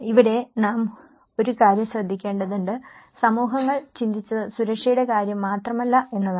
ഇവിടെ നാം ഒരു കാര്യം ശ്രദ്ധിക്കേണ്ടതുണ്ട് സമൂഹങ്ങൾ ചിന്തിച്ചത് സുരക്ഷയുടെ കാര്യം മാത്രമല്ല എന്നതാണ്